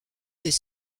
des